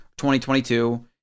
2022